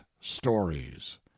stories